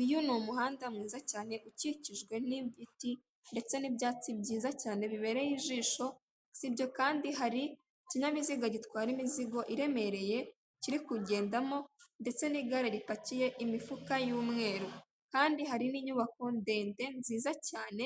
Uyu n'umuhanda mwiza cyane ukikizwe n'ibiti ndetse n'ibyatsi byiza cyane bibereye ijisho, sibyo kandi hari ikinyabiziga gitwara imizigo iremereye kiri kugendamo ndetse n'igare ripakiye imifuka y'umweru, kandi hari n'inyubako ndende nzicya cyane